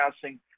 passing